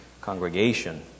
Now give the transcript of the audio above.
congregation